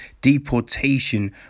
deportation